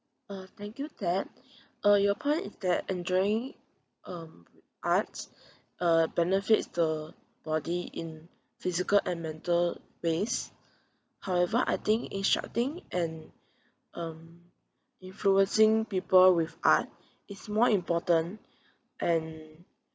uh thank you thad uh your point is that enjoying um arts uh benefits the body in physical and mental ways however I think instructing and um influencing people with art is more important and